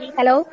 hello